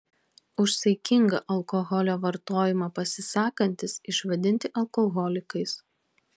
už saikingą alkoholio vartojimą pasisakantys išvadinti alkoholikais